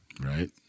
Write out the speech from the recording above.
Right